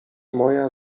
moja